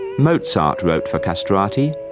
mozart wrote for castrati,